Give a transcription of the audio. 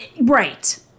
Right